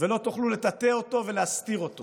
לא תוכלו לטאטא אותו ולהסתיר אותו